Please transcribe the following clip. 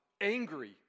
angry